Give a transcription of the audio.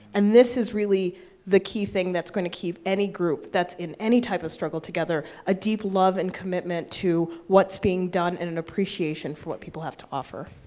and this is really the key thing that's going to keep any group that's in any type of struggle together, a deep love and commitment to what's being done and an appreciation for what people have to offer.